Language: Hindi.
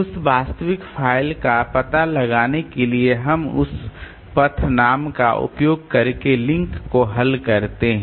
उस वास्तविक फ़ाइल का पता लगाने के लिए हम उस पथ नाम का उपयोग करके लिंक को हल करते हैं